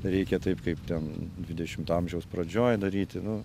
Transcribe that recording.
reikia taip kaip ten dvidešimto amžiaus pradžioj daryti nu